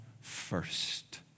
first